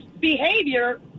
behavior